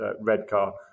Redcar